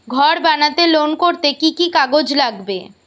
ঘর বানাতে লোন করতে কি কি কাগজ লাগবে?